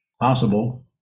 Possible